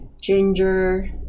ginger